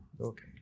Okay